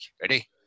Ready